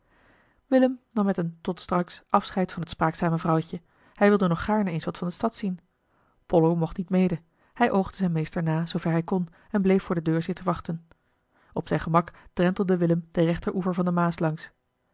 willem nam met een tot straks afscheid van het spraakzame vrouwtje hij wilde nog gaarne eens wat van de stad zien pollo mocht niet mede hij oogde zijn meester na zoover hij kon en bleef voor de deur zitten wachten op zijn gemak drentelde willem den rechteroever van de maas langs